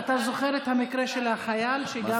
אתה זוכר את המקרה של החייל שגם ירה בפצוע?